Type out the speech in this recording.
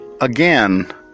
again